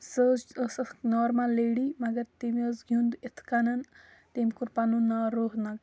سۄ حظ ٲس اَکھ نارمَل لیڈی مگر تٔمۍ حظ گیٛونٛد یِتھ کٔنۍ تٔمۍ کوٚر پَنُن ناو رونق